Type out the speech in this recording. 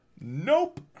Nope